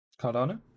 Cardano